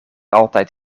altijd